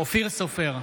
אופיר סופר,